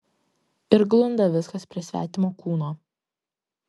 ir glunda viskas prie svetimo kūno